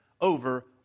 over